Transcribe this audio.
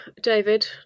David